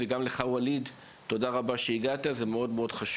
גם לך ואליד, תודה רבה שהגעת, זה חשוב מאוד-מאוד.